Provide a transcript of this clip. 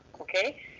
okay